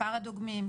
מספר הדוגמים,